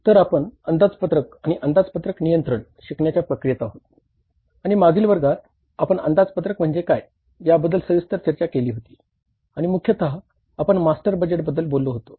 तर आपण अंदाजपत्रक शिकण्याच्या प्रक्रियेत आहोत आणि मागील वर्गात आपण अंदाजपत्रक म्हणजे काय या बद्दल सविस्तर चर्चा केली होती आणि मुख्यतः आपण मास्टर बजेटबद्दल बोललो होतो